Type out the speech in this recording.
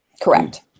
Correct